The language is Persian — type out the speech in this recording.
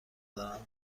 دارم